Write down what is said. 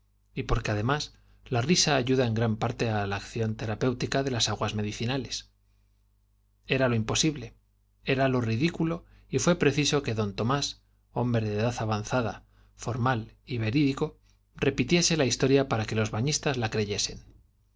y porque además la risa ayuda en gran parte á la acción tera péutica de las aguas medicinles era lo imposible era lo ridículo y fué preciso que d tomás hombre de edad avanzada formal y verí dico repitiese la historia para que los bañistas la creyesen